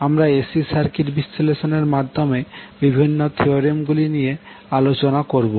আমরা AC circuit বিশ্লেষণের মাধ্যমে বিভিন্ন থিওরেমগুলি নিয়ে আলোচনা করবো